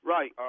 Right